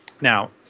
Now